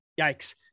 Yikes